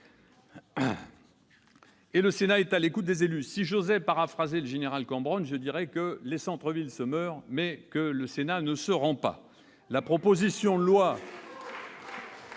! Le Sénat est à l'écoute des élus. Si j'osais paraphraser le général Cambronne, je dirais que les centres-villes se meurent, mais que le Sénat ne se rend pas ! Bravo ! La proposition de loi